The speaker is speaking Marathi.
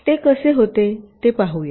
ते कसे होते ते पाहूया